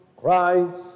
Christ